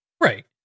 Right